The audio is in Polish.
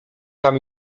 tam